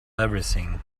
everything